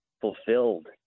fulfilled